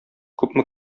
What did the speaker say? күпме